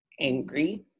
Angry